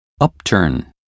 upturn